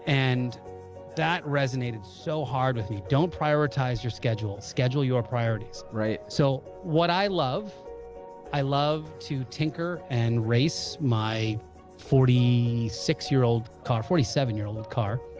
and that resonated so hard with me don't prioritize your schedule schedule your priorities right so what i love i love to tinker and race my forty six year old car forty seven year old car